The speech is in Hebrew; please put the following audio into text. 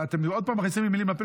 עוד פעם אתם מכניסים לי מילים לפה.